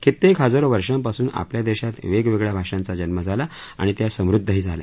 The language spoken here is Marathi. कित्येक हजारो वर्षापासून आपल्या देशात वेगवेगळ्या भाषांचा जन्म झाला आणि त्या समृद्धही झाल्या